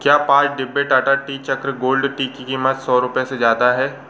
क्या पाँच डिब्बे Tata tea Chakra gold tea की कीमत सो रुपये से ज़्यादा है